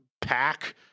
Pack